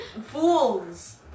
fools